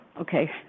Okay